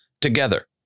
together